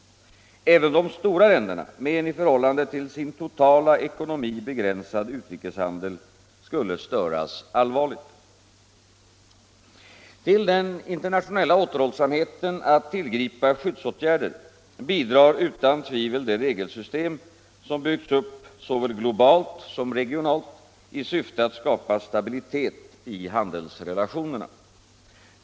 Även de stora länderna, med en i förhållande till sin totala ekonomi begränsad utrikeshandel, skulle störas allvarligt. Till den internationella återhållsamheten att tillgripa skyddsåtgärder bidrar utan tvivel det regelsystem som byggts upp såväl globalt som regionalt i syfte att skapa stabilitet i handelsrelationerna.